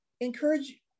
encourage